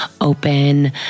open